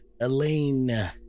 Elaine